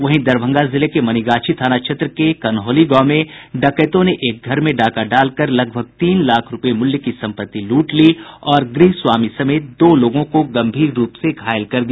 वहीं दरभंगा जिले के मनिगाछी थाना क्षेत्र के कन्हौली गांव में डकैतों ने एक घर में डाका डालकर लगभग तीन लाख रूपये मूल्य की संपत्ति लूट ली और गृहस्वामी समेत दो लोगों को गंभीर रूप से घायल कर दिया